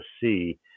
see